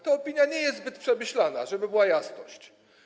Ta opinia nie jest zbyt przemyślana, żeby była jasność.